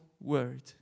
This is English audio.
word